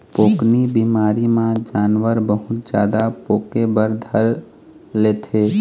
पोकनी बिमारी म जानवर बहुत जादा पोके बर धर लेथे